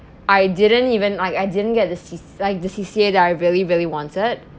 I didn't even like I didn't get C like the C_C_A that I really really wanted